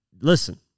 Listen